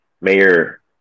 Mayor